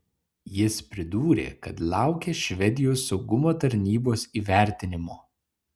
jis pridūrė kad laukia švedijos saugumo tarnybos įvertinimo